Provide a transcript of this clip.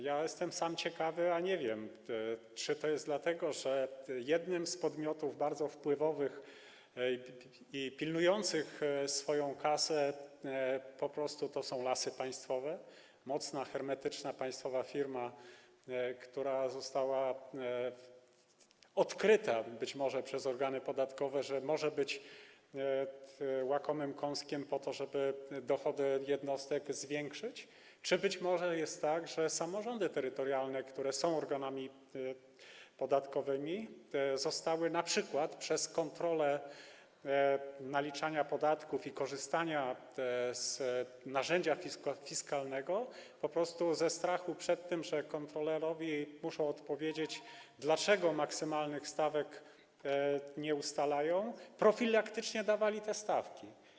Ja jestem sam ciekawy, a nie wiem, czy to jest dlatego, że jednym z bardzo wpływowych i pilnujących swojej kasy podmiotów są Lasy Państwowe, mocna, hermetyczna, państwowa firma, odnośnie do której być może organy podatkowe odkryły, że może być łakomym kąskiem, po to, żeby zwiększyć dochody jednostek, czy być może jest tak, że samorządy terytorialne, które są organami podatkowymi, zostały np. przez kontrolę naliczania podatków i korzystania z narzędzia fiskalnego... po prostu ze strachu przed tym, że kontrolerowi muszą odpowiedzieć, dlaczego maksymalnych stawek nie ustalają, profilaktycznie dawały te stawki.